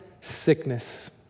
Sickness